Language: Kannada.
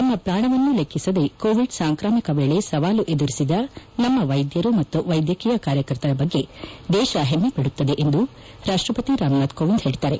ತಮ್ನ ಪ್ರಾಣವನ್ನೂ ಲೆಕ್ಕಿಸದೇ ಕೋವಿಡ್ ಸಾಂಕ್ರಾಮಿಕ ವೇಳೆ ಸವಾಲು ಎದುರಿಸಿದ ನಮ್ನ ವೈದ್ವರು ಮತ್ತು ವೈದ್ವಕೀಯ ಕಾರ್ಯಕರ್ತರ ಬಗ್ಗೆ ದೇಶ ಹೆಮ್ನೆ ಪಡುತ್ತದೆ ಎಂದು ರಾಷ್ಟಪತಿ ರಾಮನಾಥ್ ಕೋವಿಂದ್ ಹೇಳಿದ್ದಾರೆ